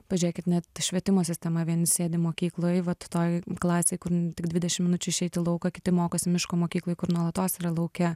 pažiūrėkit net švietimo sistema vieni sėdi mokykloj vat toj klasėj kur tik dvidešim minučių išeit į lauką kiti mokos miško mokykloj kur nuolatos yra lauke